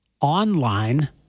online